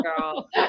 girl